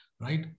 Right